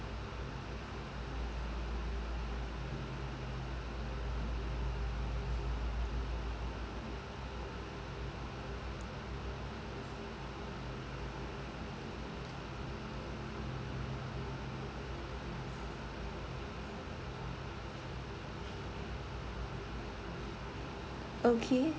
okay